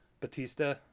batista